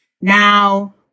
now